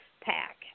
pack